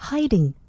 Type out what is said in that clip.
Hiding